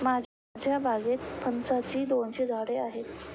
माझ्या बागेत फणसाची दोनशे झाडे आहेत